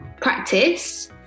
practice